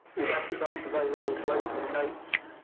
we had staff available to open the gates.